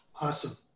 Awesome